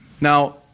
now